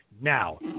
Now